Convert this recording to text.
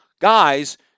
guys